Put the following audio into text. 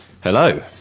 Hello